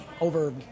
Over